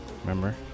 Remember